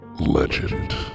Legend